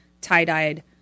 tie-dyed